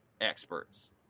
experts